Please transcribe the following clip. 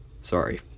sorry